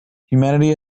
humanity